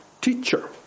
teacher